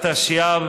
התשי"ב